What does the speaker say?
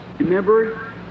Remember